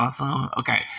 okay